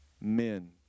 Men